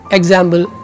Example